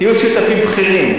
תהיו שותפים בכירים.